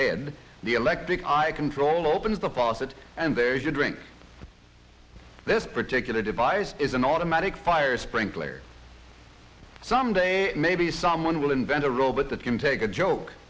hand the electric eye control opens the process and there is a drink this particular device is an automatic fire sprinklers someday maybe someone will invent a robot that can take a joke